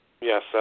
Yes